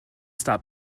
stop